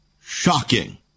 shocking